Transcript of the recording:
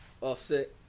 Offset